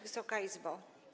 Wysoka Izbo!